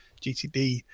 GTD